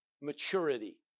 maturity